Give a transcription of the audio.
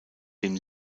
dem